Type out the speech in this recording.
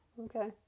Okay